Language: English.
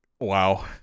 Wow